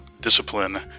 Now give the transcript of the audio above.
discipline